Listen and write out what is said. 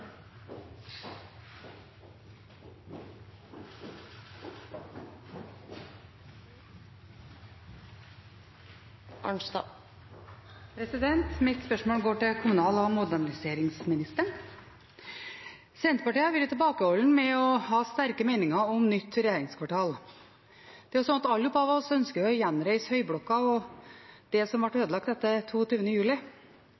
moderniseringsministeren. Senterpartiet har vært tilbakeholden med å ha sterke meninger om nytt regjeringskvartal. Det er jo slik at vi alle ønsker å gjenreise Høyblokka og det som ble